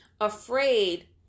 afraid